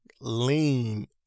lean